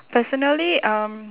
personally um